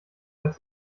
als